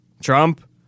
Trump